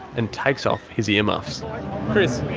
and takes off his ear muffs.